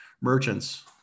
merchants